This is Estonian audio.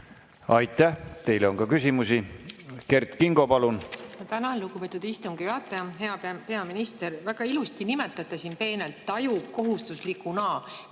Aitäh! Teile on ka küsimusi. Kert Kingo, palun!